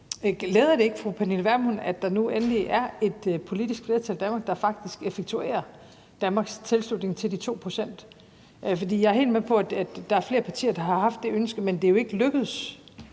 Vermund, at der nu endelig er et politisk flertal i Danmark, der faktisk effektuerer Danmarks tilslutning til de 2 pct.? Jeg er helt med på, at der er flere partier, der har haft det ønske, men det er jo ikke lykkedes